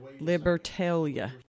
Libertalia